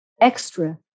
extra